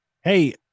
hey